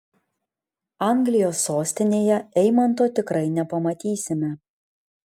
anglijos sostinėje eimanto tikrai nepamatysime